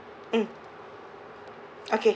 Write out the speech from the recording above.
mm okay